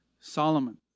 Solomon